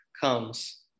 comes